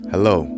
Hello